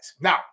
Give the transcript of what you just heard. Now